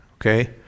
okay